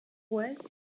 oise